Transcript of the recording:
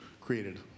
created